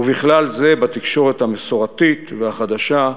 ובכלל זה בתקשורת המסורתית והחדשה,